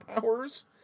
powers